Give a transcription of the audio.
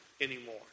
anymore